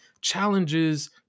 challenges